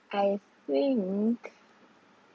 I think